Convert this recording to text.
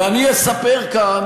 ואני אספר כאן,